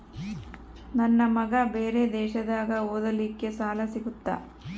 ನನ್ನ ಮಗ ಬೇರೆ ದೇಶದಾಗ ಓದಲಿಕ್ಕೆ ಸಾಲ ಸಿಗುತ್ತಾ?